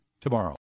tomorrow